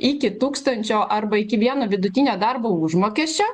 iki tūkstančio arba iki vieno vidutinio darbo užmokesčio